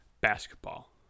basketball